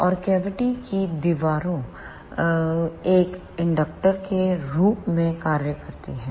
और कैविटी की दीवारें एक इंडक्टर के रूप में कार्य करती हैं